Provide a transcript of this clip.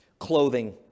clothing